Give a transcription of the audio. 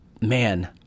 man